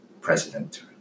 president